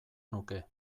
nuke